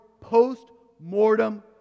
post-mortem